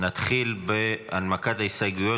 נתחיל בהנמקת ההסתייגויות.